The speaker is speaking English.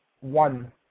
one